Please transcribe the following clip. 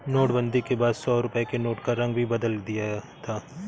नोटबंदी के बाद सौ रुपए के नोट का रंग भी बदल दिया था